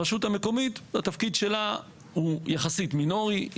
הרשות המקומית זה התפקיד שלה הוא יחסית מינורי.